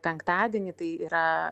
penktadienį tai yra